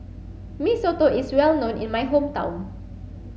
Mee Soto is well known in my hometown